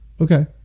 Okay